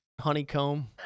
Honeycomb